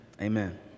Amen